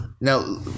Now